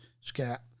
scat